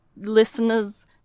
listeners